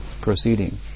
proceeding